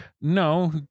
No